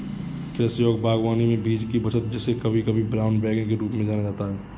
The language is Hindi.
कृषि और बागवानी में बीज की बचत जिसे कभी कभी ब्राउन बैगिंग के रूप में जाना जाता है